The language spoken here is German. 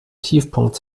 tiefpunkt